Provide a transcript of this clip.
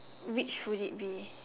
which would it be